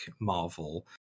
Marvel